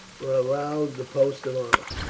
were allowed the post of honour,